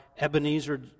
Ebenezer